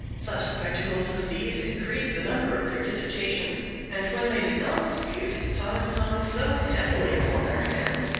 such spectacles as these increased the number of their dissertations and when they did not dispute time hung so heavily upon their hands,